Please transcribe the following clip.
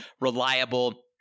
reliable